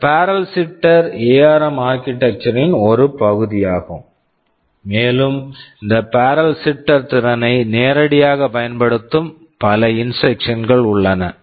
இந்த barrel shifter barrel shifter ARM ARM ஆர்க்கிடெக்சரின் ஒரு பகுதியாகும் மேலும் இந்த பேரல் ஷிப்ட்டர் barrel shifter திறனை நேரடியாகப் பயன்படுத்தும் பல இன்ஸ்ட்ரக்சன் instructions கள் உள்ளன